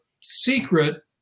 secret